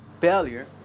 failure